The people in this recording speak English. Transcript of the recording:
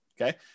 Okay